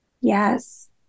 Yes